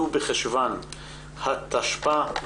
ט"ו בחשוון התשפ"א.